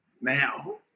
now